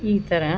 ಈ ಥರ